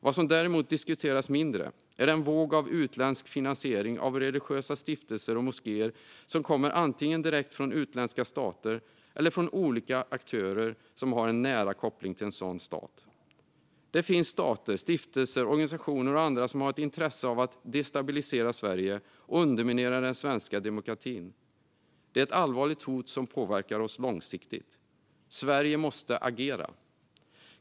Vad som däremot diskuteras mindre är den våg av utländsk finansiering av religiösa stiftelser och moskéer som kommer antingen direkt från utländska stater eller från olika aktörer med en nära koppling till en sådan stat. Det finns stater, stiftelser, organisationer och andra som har ett intresse av att destabilisera Sverige och underminera den svenska demokratin. Det är ett allvarligt hot som påverkar oss långsiktigt. Sverige måste agera.